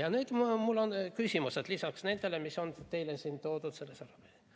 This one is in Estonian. Ja nüüd on mul küsimus lisaks nendele, mis on teile siin toodud selles